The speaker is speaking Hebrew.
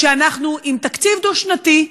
כשאנחנו עם תקציב דו-שנתי,